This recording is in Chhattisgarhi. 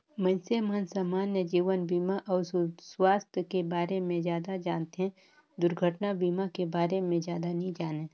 मइनसे मन समान्य जीवन बीमा अउ सुवास्थ के बारे मे जादा जानथें, दुरघटना बीमा के बारे मे जादा नी जानें